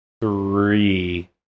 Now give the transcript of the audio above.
Three